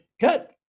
cut